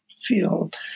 field